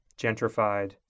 gentrified